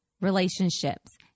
relationships